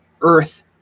earth